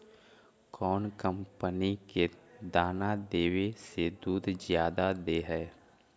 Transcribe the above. कौन कंपनी के दाना देबए से दुध जादा दे है?